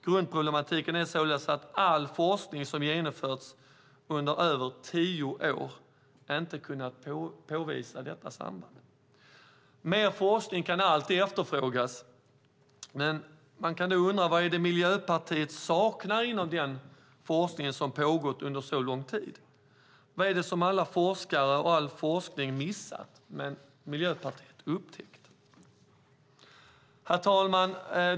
Grundproblematiken är således att all forskning som genomförts under mer än tio år inte kunnat påvisa detta samband. Mer forskning kan alltid efterfrågas, men vad är det Miljöpartiet saknar inom forskningen som pågått under så lång tid? Vad är det som alla forskare och all forskning missat men Miljöpartiet upptäckt? Herr talman!